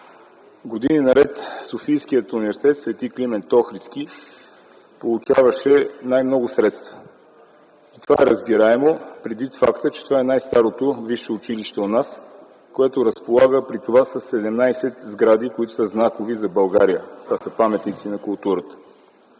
Години наред СУ „Св. Климент Охридски” получаваше най-много средства. Това е разбираемо предвид факта, че това е най-старото висше училище у нас, което разполага със 17 сгради, които са знакови за България. Това са паметници на културата.